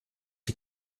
die